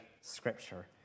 scripture